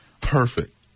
Perfect